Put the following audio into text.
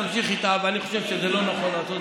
תמשיך איתה, אבל אני חושב שזה לא נכון לעשות.